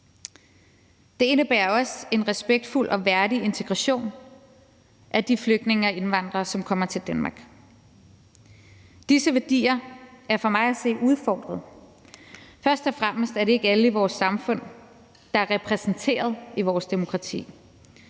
Det indebærer også en respektfuld og værdig integration af de flygtninge og indvandrere, som kommer til Danmark. Disse værdier er for mig at se udfordret. Først og fremmest er det ikke alle i vores samfund, der er repræsenteret i vores demokrati.